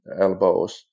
elbows